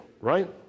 right